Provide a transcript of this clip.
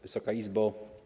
Wysoka Izbo!